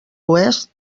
oest